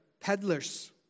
peddlers